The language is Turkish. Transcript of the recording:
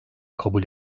kabul